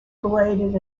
bladed